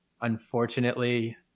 unfortunately